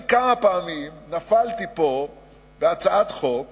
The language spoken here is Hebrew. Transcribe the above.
אני כמה פעמים נפלתי פה בהצעת חוק,